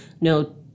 no